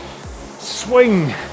swing